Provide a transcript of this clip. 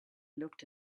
looked